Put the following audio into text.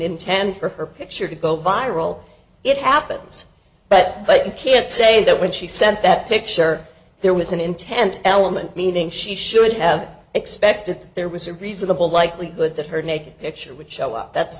intend for her picture to go viral it happens but but you can't say that when she sent that picture there was an intent element meaning she should have expected that there was a reasonable likelihood that her naked picture which show up that